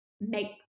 make